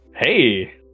Hey